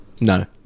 No